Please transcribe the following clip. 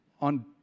on